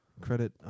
Credit